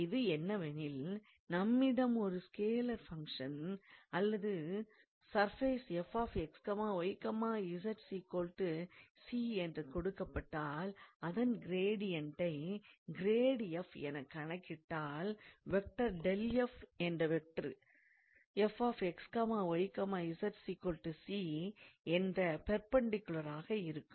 அது என்னவெனில் நம்மிடம் ஒரு ஸ்கேலார் ஃபங்க்ஷன் அல்லது ஒரு சர்ஃபேஸ் 𝑓𝑥𝑦𝑧 𝑐 என்று கொடுக்கப்படும்போது அதன் கிரேடியண்டை grad f எனக் கணக்கிட்டால் என்ற வெக்டார் என்ற பெர்பெண்டிக்குலராக இருக்கும்